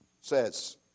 says